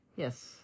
Yes